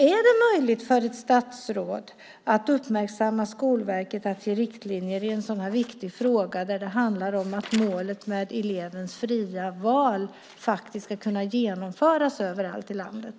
Är det möjligt för ett statsråd att uppmärksamma Skolverket på att det behövs riktlinjer i en sådan här viktig fråga? Det handlar faktiskt om att målet med elevens fria val ska kunna genomföras överallt i landet.